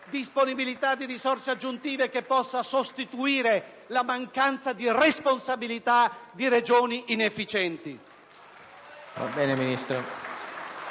disponibilità di risorse aggiuntive che possa sostituire la mancanza di responsabilità di Regioni inefficienti.